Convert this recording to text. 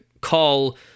call